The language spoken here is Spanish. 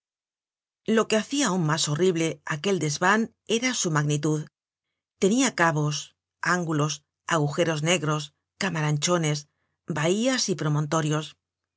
lo que hacia aun mas horrible aquel desvan eran su magnitud tenia cabos ángulos agujeros negros camaranchones bahías y promontorios